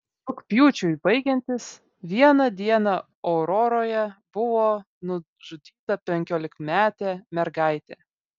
rugpjūčiui baigiantis vieną dieną auroroje buvo nužudyta penkiolikametė mergaitė